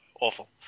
awful